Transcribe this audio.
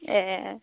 ए